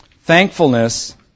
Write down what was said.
Thankfulness